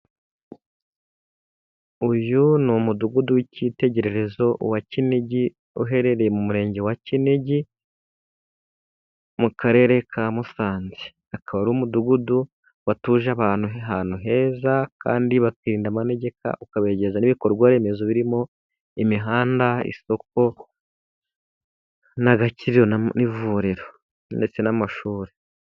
Uyu ni umudugudu w' icyitegererezo wa kinigi, uherereye mu murenge wa kinigi mu karere ka Musanze, akaba ari umudugudu watuje abantu ahantu heza kandi bakirinda amanegeka, ukabegereza ibikorwaremezo birimo imihanda, isoko, n' agakiriro, n' ivuriro ndetse n' amashuri.